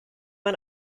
man